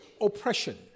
oppression